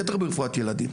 בטח ברפואת ילדים,